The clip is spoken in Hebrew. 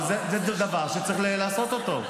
אבל זה דבר שיהיה צריך לעשות אותו.